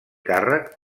càrrec